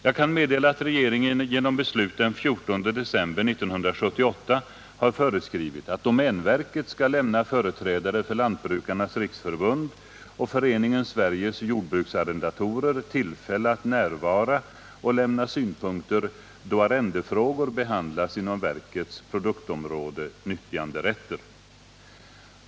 Jag kan meddela, att regeringen genom beslut den 14 december 1978 har föreskrivit, att domänverket skall lämna företrädare för Lantbrukarnas riksförbund och Föreningen Sveriges jordbruksarrendatorer tillfälle att närvara och lämna synpunkter då arrendefrågor behandlas inom verkets produktområde Nyttjanderätter.